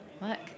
Look